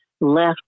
left